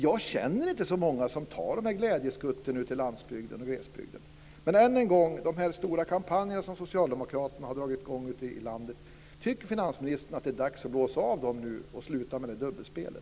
Jag känner inte så många som tar de här glädjeskutten ute i landsbygden och glesbygden. Men än en gång: De stora kampanjerna som Socialdemokraterna har dragit i gång ute i landet, tycker finansministern att det är dags att blåsa av dem nu och sluta med dubbelspelet?